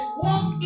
walk